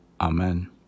Amen